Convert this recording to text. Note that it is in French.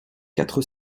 quatre